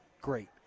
great